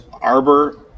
Arbor